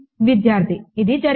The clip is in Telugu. విద్యార్థి ఇది జరిగింది